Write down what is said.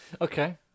Okay